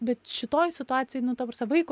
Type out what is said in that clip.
bet šitoj situacijoj nu ta prasme vaiko